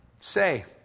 say